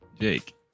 Jake